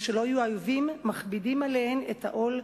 שלא יהיו האויבים מכבידין עליהן את העול,